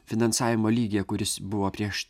finansavimo lygyje kuris buvo prieš